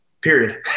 period